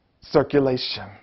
circulation